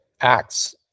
Acts